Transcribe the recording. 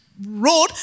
road